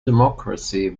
democracy